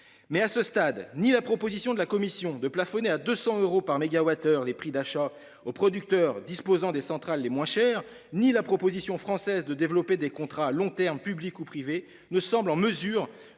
Mais ni la proposition de la Commission de plafonner à 200 euros par mégawattheure les prix d'achat aux producteurs disposant des centrales les moins chères ni la proposition française de développer des contrats à long terme publics ou privés ne semblent à ce